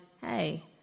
hey